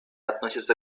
относится